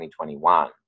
2021